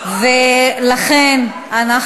לכן אנחנו